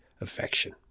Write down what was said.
affection